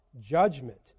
Judgment